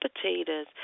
potatoes